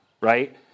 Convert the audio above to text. right